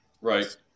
Right